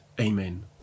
Amen